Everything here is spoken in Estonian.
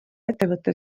ettevõtte